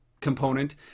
component